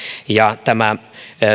tämä